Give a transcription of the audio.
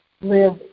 live